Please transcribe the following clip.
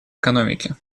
экономики